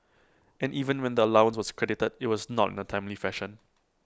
and even when the allowance was credited IT was not in A timely fashion